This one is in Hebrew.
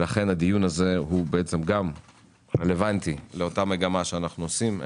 הדיון הזה בעצם גם רלוונטי לאותה מגמה שאנחנו עושים.